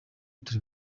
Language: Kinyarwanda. turi